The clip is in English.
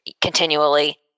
continually